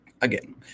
Again